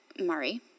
Mari